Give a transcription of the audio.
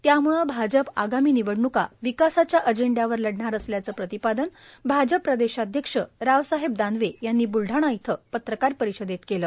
त्यामुळे भाजप आगामी निवडण्का विकासाच्या अजेंड्यावर लढणार असल्याचं प्रतिपादन भाजप प्रदेशाध्यक्ष रावसाहेब दानवे यांनी ब्लढाणा इथं पत्रकार परिषदेत केले